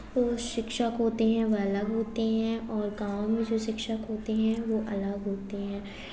जो शिक्षक होते हैं वह अलग होते हैं और गांव में जो शिक्षक होते हैं वो अलग होते हैं